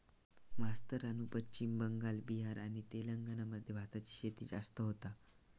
मास्तरानू पश्चिम बंगाल, बिहार आणि तेलंगणा मध्ये भाताची शेती जास्त होता